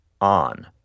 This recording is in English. on